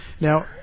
now